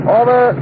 over